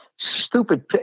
Stupid